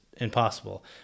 Impossible